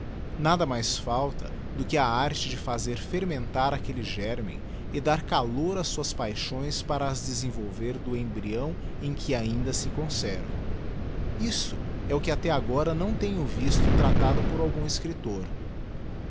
nada mais falta do que a arte de fazer fermentar aquelle gérmen e dar calor ás suas paixões para as desenvolver do embryão em que ainda se conservam isto é o que até agora não tenho visto tratado por algum escriptor